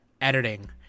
editing